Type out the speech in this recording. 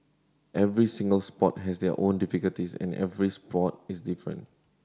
every single sport has their own difficulties and every sport is different